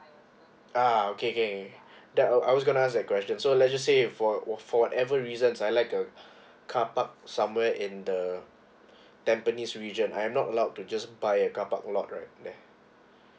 uh okay okay okay that I was gonna ask that question so let's just say for for whatever reasons I like a carpark somewhere in the tampines region I'm not allowed to just buy a carpark lot right there